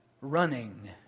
running